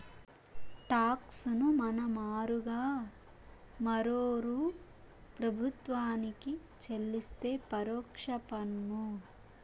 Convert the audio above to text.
talks ను మన మారుగా మరోరూ ప్రభుత్వానికి చెల్లిస్తే పరోక్ష పన్ను